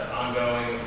ongoing